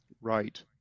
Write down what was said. Right